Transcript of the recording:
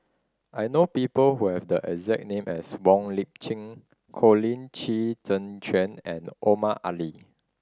I know people who have the exact name as Wong Lip Chin Colin Qi Zhe Quan and Omar Ali